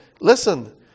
listen